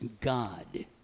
God